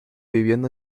viviendo